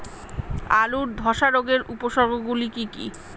আলুর ধ্বসা রোগের উপসর্গগুলি কি কি?